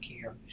care